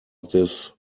this